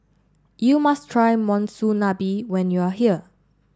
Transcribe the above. you must try Monsunabe when you are here